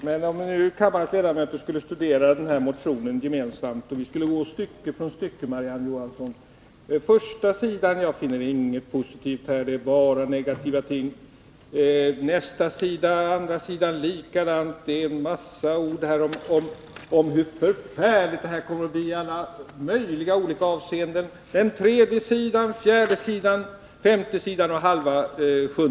Herr talman! Tänk, om kammarens ledamöter skulle studera den här motionen gemensamt och vi skulle gå igenom den stycke för stycke, Marie-Ann Johansson! På första sidan finner jag inget positivt. Det är bara negativa ting. Nästa sida likadant — där finns en massa ord om hur förfärligt det kommer att bli i alla möjliga avseenden. Så fortsätter det på tredje sidan, fjärde sidan, osv.